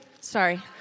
Sorry